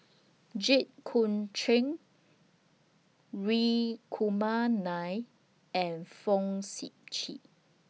Jit Koon Ch'ng Hri Kumar Nair and Fong Sip Chee